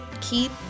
keep